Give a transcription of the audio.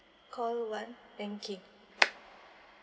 call one banking